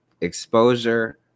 exposure